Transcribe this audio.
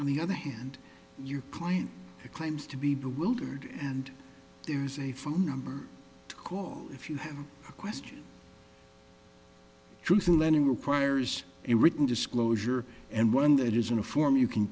on the other hand your client claims to be bewildered and there's a phone number to call if you have a question truth in lending requires a written disclosure and one that isn't a form you can